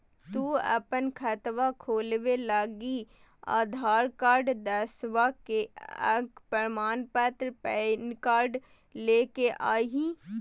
तू अपन खतवा खोलवे लागी आधार कार्ड, दसवां के अक प्रमाण पत्र, पैन कार्ड ले के अइह